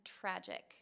tragic